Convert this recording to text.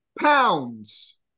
pounds